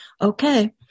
Okay